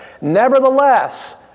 Nevertheless